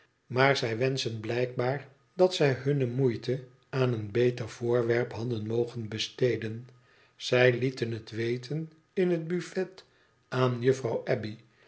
maar zij wenschen blijkbaar dat zij hunne moeite aan een beter voorwerp hadden mogen besteden zij lieten het weten in het buffet aan juffrouw